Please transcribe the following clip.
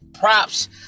Props